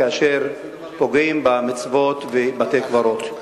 כאשר פוגעים במצבות בבתי-קברות.